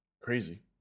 crazy